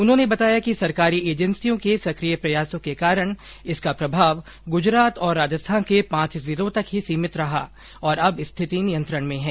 उन्होंने बताया कि सरकारी एजेंसियों के सक्रिय प्रयासों के कारण इसका प्रभाव गुजरात और राजस्थान के पांच जिलों तक ही सीमित रहा और अब स्थिति नियंत्रण में है